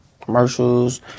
commercials